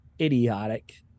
idiotic